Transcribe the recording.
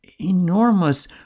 enormous